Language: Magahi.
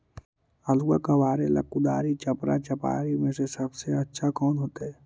आलुआ कबारेला कुदारी, चपरा, चपारी में से सबसे अच्छा कौन होतई?